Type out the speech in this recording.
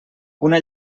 una